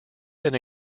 then